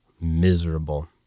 Miserable